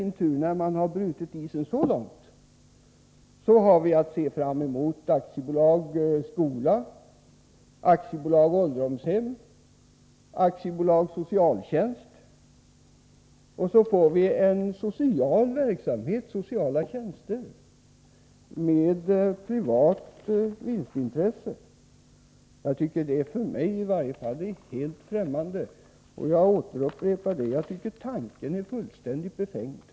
När isen brutits så långt har vi att se fram emot AB Skola, AB Ålderdomshem, AB Socialtjänst. Vi får en social verksamhet, sociala tjänster, med privat vinstintresse. Det är i varje fall för mig helt främmande. Jag upprepar: Tanken är fullständigt befängd!